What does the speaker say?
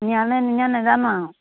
নিয়ানে নিনিয়া নাজানোঁ আৰু